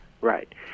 Right